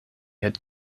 had